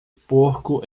porco